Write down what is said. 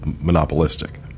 monopolistic